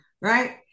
right